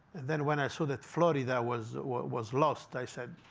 then, when i saw that florida was was lost, i said,